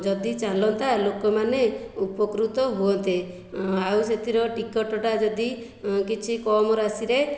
ଯଦି ଚାଲନ୍ତା ଲୋକମାନେ ଉପକୃତ ହୁଅନ୍ତେ ଆଉ ସେଥିର ଟିକେଟ୍ଟା ଯଦି କିଛି କମ୍ ରାଶିରେ